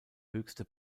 höchste